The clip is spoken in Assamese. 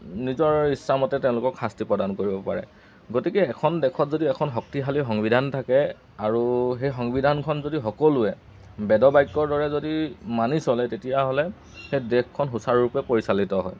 নিজৰ ইচ্ছামতে তেওঁলোকক শাস্তি প্ৰদান কৰিব পাৰে গতিকে এখন দেশত যদি এখন শক্তিশালী সংবিধান থাকে আৰু সেই সংবিধানখন যদি সকলোৱে বেদবাক্যৰ দৰে যদি মানি চলে তেতিয়াহ'লে সেই দেশখন সুচাৰুৰূপে পৰিচালিত হয়